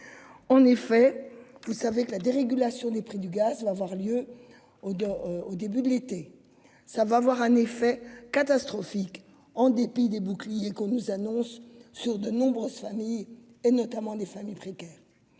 En effet, vous savez que la dérégulation des prix du gaz va avoir lieu au au début de l'été ça va avoir un effet catastrophique en dépit des boucliers qu'on nous annonce sur de nombreuses familles et notamment des familles précaires.